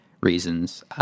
reasons